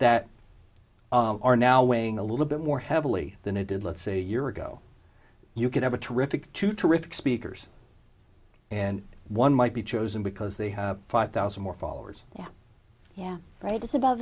that are now weighing a little bit more heavily than it did let's say a year ago you can have a terrific two terrific speakers and one might be chosen because they have five thousand more followers yeah